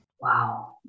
Wow